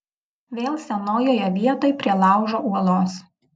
vėl senojoje vietoj prie laužo uolos